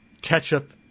ketchup